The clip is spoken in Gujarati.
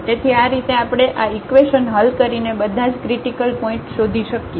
તેથી આ રીતે આપણે આ ઇકવેશન હલ કરીને બધા જ ક્રિટીકલ પોઇન્ટ શોધી શકીએ